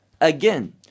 again